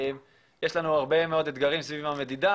יש לנו הרבה מאוד אתגרים סביב המדידה.